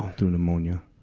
to pneumonia.